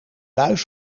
buis